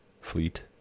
fleet